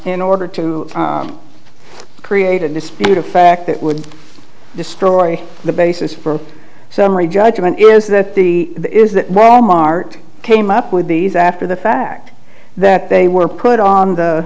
in order to create a dispute a fact that would destroy the basis for summary judgment is that the is that wal mart came up with these after the fact that they were put on the